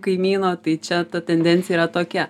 kaimyno tai čia ta tendencija yra tokia